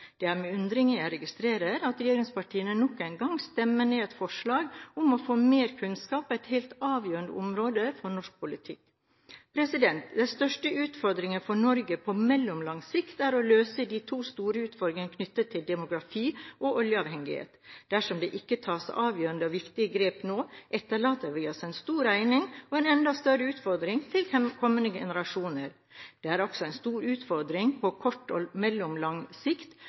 Det er med undring jeg registrerer at regjeringspartiene nok en gang stemmer ned et forslag om å få mer kunnskap om et helt avgjørende område for norsk politikk. De største utfordringene for Norge på mellomlang sikt er å løse de to store utfordringene knyttet til demografi og oljeavhengighet. Dersom det ikke tas avgjørende og viktige grep nå, etterlater vi oss en stor regning og en enda større utfordring til kommende generasjoner. Det er også en stor utfordring på kort og mellomlang sikt